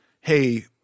hey